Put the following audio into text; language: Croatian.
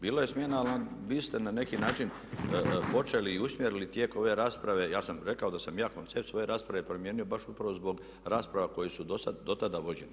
Bilo je smjena ali vi ste na neki način počeli i usmjerili tijek ove rasprave, ja sam rekao da sam ja koncept svoje rasprave promijenio baš upravo zbog rasprava koje su dotada vođene.